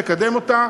לקדם אותה?